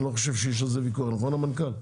אני לא חושב שיש על זה ויכוח, נכון, המנכ"ל?